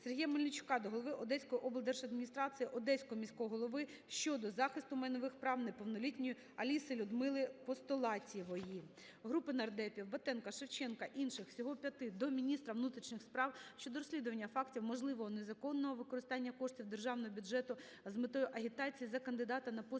Сергія Мельничука до голови Одеської облдержадміністрації, Одеського міського голови щодо захисту майнових прав неповнолітньої Аліси-Людмили Постолатьєвої. Групи нардепів (Батенка, Шевченка, інших – всього 5) до міністра внутрішніх справ щодо розслідування фактів можливого незаконного використання коштів державного бюджету з метою агітації за кандидата на пост